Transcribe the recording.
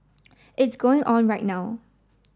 it's going on right now